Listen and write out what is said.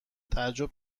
تعجب